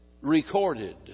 recorded